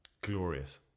glorious